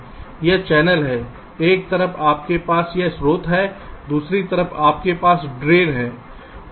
यह चैनल है एक तरफ आपके पास यह स्रोत है दूसरी तरफ आपके पास ड्रेन है